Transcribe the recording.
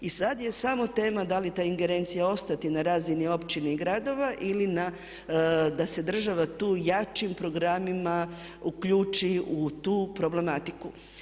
I sad je samo tema da li ta ingerencija ostaje na razini općine i gradova ili da se država tu jačim programima uključi u tu problematiku.